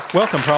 welcome, ah